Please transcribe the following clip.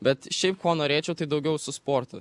bet šiaip ko norėčiau tai daugiau su sportu